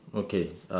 okay